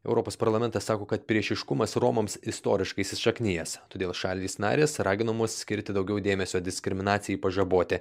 europos parlamentas sako kad priešiškumas romams istoriškai įsišaknijęs todėl šalys narės raginamos skirti daugiau dėmesio diskriminacijai pažaboti